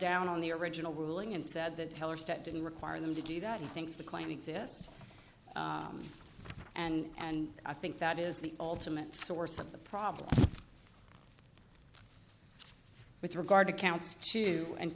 down on the original ruling and said that didn't require them to do that he thinks the claim exists and i think that is the ultimate source of the problem with regard to counts two and